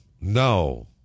No